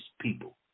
people